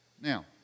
Now